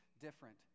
different